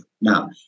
now